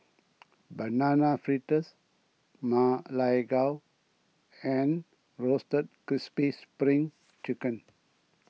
Banana Fritters Ma Lai Gao and Roasted Crispy Spring Chicken